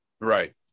Right